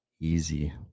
easy